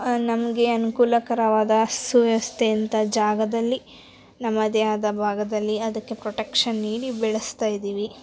ನಮಗೆ ಅನುಕೂಲಕರವಾದ ಸುವ್ಯವಸ್ಥೆ ಅಂಥ ಜಾಗದಲ್ಲಿ ನಮ್ಮದೇ ಆದ ಭಾಗದಲ್ಲಿ ಅದಕ್ಕೆ ಪ್ರೊಟೆಕ್ಷನ್ ನೀಡಿ ಬೆಳೆಸ್ತಾ ಇದ್ದೀವಿ